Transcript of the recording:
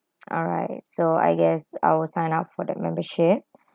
alright so I guess I will sign up for the membership